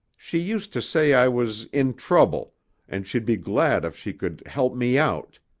she used to say i was in trouble and she'd be glad if she could help me out.